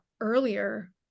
earlier